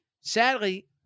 sadly